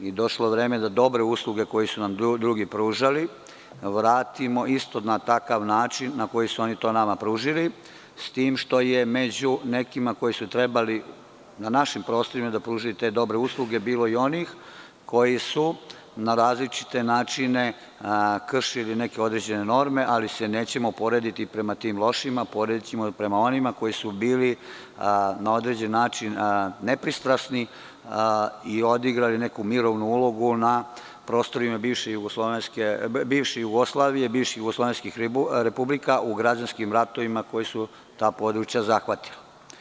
Došlo je vreme da dobre usluge koje su nam drugi pružali vratimo isto na takav način na koji su oni nama to pružili, s tim što je među nekima koji su trebali na našim prostorima da pruže te dobre usluge bilo i onih koji su na različite načine kršili neke određene norme, ali se nećemo porediti prema tim lošima, već ćemo se porediti prema onima koji su bili na određen način nepristrasni i odigrali neku mirovnu ulogu na prostorima bivše Jugoslavije, odnosno bivših jugoslovenskih republika u građanskim ratovima koji su ta područja zahvatili.